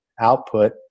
output